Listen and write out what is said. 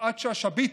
יפעת שאשא ביטון.